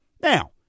Now